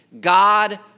God